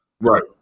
Right